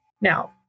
Now